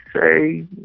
say